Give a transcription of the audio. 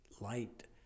light